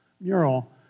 mural